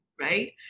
right